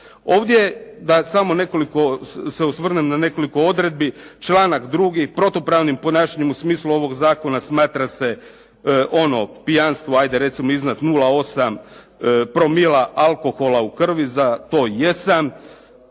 Ovdje da samo nekoliko, se osvrnem na nekoliko odredbi. Članak 2. protupravnim ponašanjem u smislu ovog zakona smatra se ono pijanstvo, hajde recimo iznad 0,8 promila alkohola u krvi za to jesam.